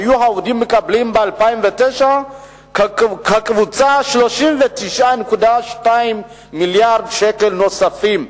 היו העובדים מקבלים ב-2009 כקבוצה 39.2 מיליארד שקל נוספים,